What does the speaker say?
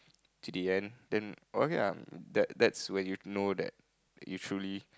to the end then okay ah that that's when you know that you truly